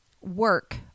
work